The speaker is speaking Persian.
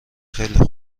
خیلی